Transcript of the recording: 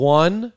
one